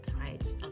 right